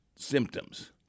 Symptoms